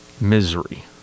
misery